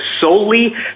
solely